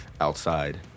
outside